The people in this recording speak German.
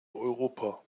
europa